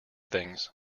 things